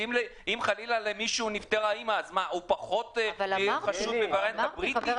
אם חלילה למישהו נפטרה אמא הוא פחות חשוב מהווריאנט הבריטי?